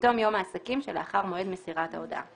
בתום יום העסקים שלאחר מועד מסירת ההודעה,